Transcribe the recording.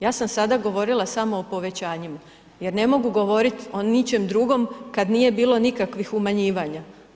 Ja sam sada govorila samo o povećanjima jer ne mogu govoriti o ničem drugom kad nije bilo nikakvih umanjivanja.